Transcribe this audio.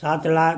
ସାତ୍ ଲାଖ୍